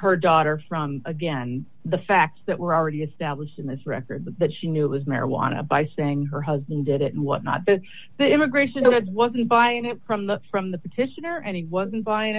her daughter from again the facts that were already established in this record that she knew was marijuana by saying her husband did it and what not but immigration it wasn't buying it from the from the petitioner and he wasn't buying